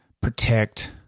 protect